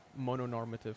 mononormative